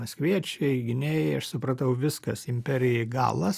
maskviečiai gynėjai aš supratau viskas imperijai galas